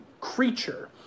creature